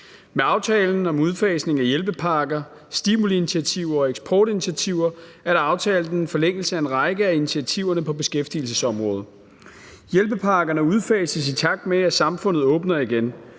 Med aftalen om udfasning af hjælpepakker, stimuliinitiativer og eksportinitiativer er der aftalt en forlængelse af en række af initiativerne på beskæftigelsesområdet. Hjælpepakkerne udfases, i takt med at samfundet åbner igen.